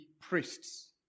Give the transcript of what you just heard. priests